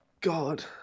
God